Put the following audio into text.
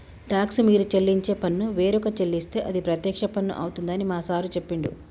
talks మీరు చెల్లించే పన్ను వేరొక చెల్లిస్తే అది ప్రత్యక్ష పన్ను అవుతుందని మా సారు చెప్పిండు